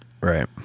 Right